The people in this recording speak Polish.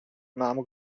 mam